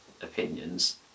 opinions